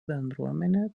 bendruomenė